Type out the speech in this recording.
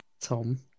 Tom